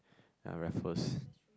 uh Raffles